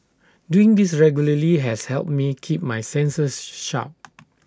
doing this regularly has helped me keep my senses sharp